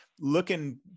looking